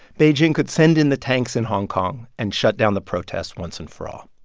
beijing could send in the tanks in hong kong and shut down the protests once and for all